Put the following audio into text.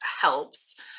helps